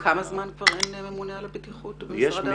כמה זמן כבר אין ממונה על הבטיחות במשרד העבודה?